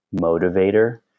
motivator